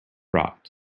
rot